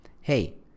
hey